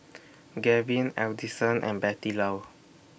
Gavyn Adison and Bettylou